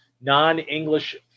non-English